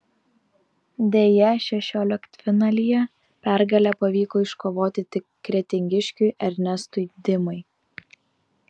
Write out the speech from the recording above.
deja šešioliktfinalyje pergalę pavyko iškovoti tik kretingiškiui ernestui dimai